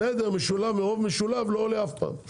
בסדר, מרוב משולב לא עולה אף פעם.